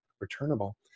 returnable